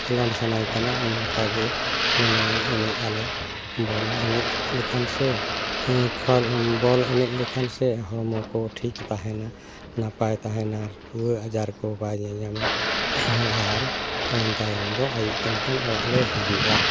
ᱠᱷᱮᱹᱞᱳᱰ ᱥᱟᱱᱟᱭᱮ ᱠᱟᱱᱟ ᱚᱱᱠᱟᱜᱮ ᱢᱟᱱᱮ ᱮᱱᱮᱡ ᱟᱞᱮ ᱵᱚᱞ ᱞᱮ ᱮᱱᱮᱡ ᱞᱮᱠᱷᱟᱱ ᱥᱮ ᱠᱷᱟᱞ ᱵᱚᱞ ᱮᱱᱮᱡ ᱞᱮᱠᱷᱟᱱ ᱥᱮ ᱦᱚᱲᱢᱚ ᱠᱚ ᱴᱷᱤᱠ ᱛᱟᱦᱮᱱᱟ ᱱᱟᱯᱟᱭ ᱛᱟᱦᱮᱱᱟ ᱨᱩᱣᱟᱹ ᱟᱡᱟᱨ ᱠᱚ ᱵᱟᱭ ᱧᱟᱧᱟᱢᱟ ᱟᱨ ᱚᱱᱟ ᱛᱟᱭᱢ ᱫᱚ ᱟᱹᱭᱩᱵ ᱞᱮᱱᱠᱷᱟᱱ ᱚᱲᱟᱜ ᱞᱮ ᱦᱤᱡᱩᱜᱼᱟ